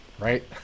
Right